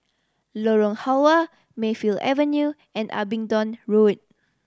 Lorong Halwa Mayfield Avenue and Abingdon Road